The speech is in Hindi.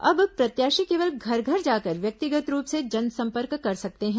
अब प्रत्याशी केवल घर घर जाकर व्यक्तिगत रूप से जनसंपर्क कर सकते हैं